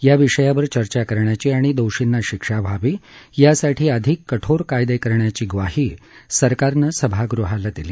या विषयावर चर्चा करण्याची आणि दोषींना शिक्षा व्हावी यासाठी अधिक कठोर कायदे करण्याची ग्वाही सरकारनं सभागृहाला दिली